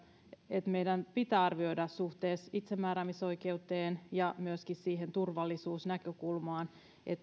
ja meidän pitää arvioida niitä suhteessa itsemääräämisoikeuteen ja myöskin siihen turvallisuusnäkökulmaan